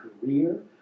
career